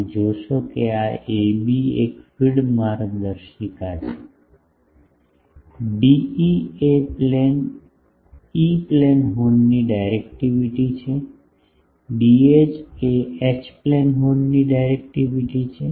તમે જોશો કે આ a b એક ફીડ માર્ગદર્શિકા છે ડીઈ એ ઇ પ્લેન હોર્નની ડાયરેક્ટિવિટી છે ડીએચ એ એચ પ્લેન હોર્નની ડાયરેક્ટિવિટી છે